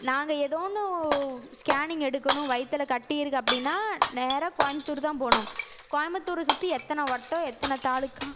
நாங்கள் ஏதோன்னு ஸ்கேனிங் எடுக்கணும் வயிற்றில கட்டி இருக்குது அப்படினால் நேராக கோயம்புத்தூர் தான் போகணும் கோயம்புத்தூர சுற்றி எத்தனை வட்டம் எத்தனை தாலுாக்கா